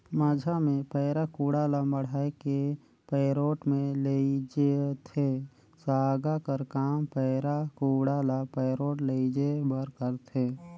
माझा मे पैरा कुढ़ा ल मढ़ाए के पैरोठ मे लेइजथे, सागा कर काम पैरा कुढ़ा ल पैरोठ लेइजे बर करथे